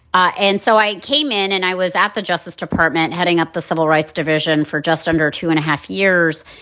and so i came in and i was at the justice department heading up the civil rights division for just under two and a half years.